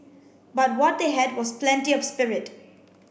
but what they had was plenty of spirit